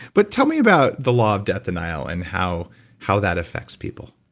but tell me about the law of death denial and how how that affects people